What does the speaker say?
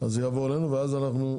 אז זה יעבור אלינו ואז אנחנו,